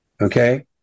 Okay